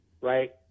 right